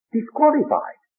Disqualified